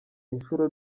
inshuro